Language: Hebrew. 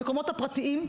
המקומות הפרטיים,